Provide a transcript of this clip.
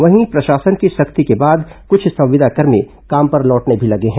वहीं प्रशासन की सख्ती के बाद कुछ संविदाकर्मी काम पर लौटने भी लगे हैं